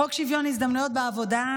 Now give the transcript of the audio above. חוק שוויון הזדמנויות בעבודה,